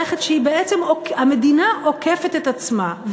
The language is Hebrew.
המדינה עוקפת את עצמה,